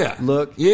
look